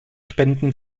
spenden